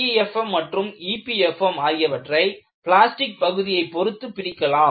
LEFM மற்றும் EPFM ஆகியவற்றை plastic பகுதியைப் பொருத்து பிரிக்கலாம்